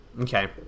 Okay